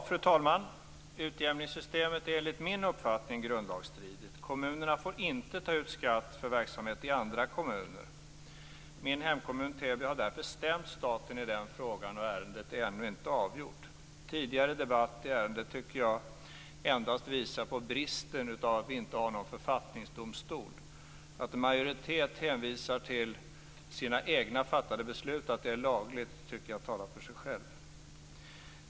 Fru talman! Utjämningssystemet är enligt min uppfattning grundlagsstridigt. Kommunerna får inte ta ut skatt för verksamhet i andra kommuner. Min hemkommun Täby har därför stämt staten när det gäller den frågan. Ärendet är ännu inte avgjort. Tidigare debatt i ärendet tycker jag endast visar på bristen i att vi inte har någon författningsdomstol. Det faktum att en majoritet hänvisar till sina egna fattade beslut, att det är lagligt, tycker jag talar för sig självt.